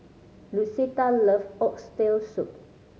Lucetta loves Oxtail Soup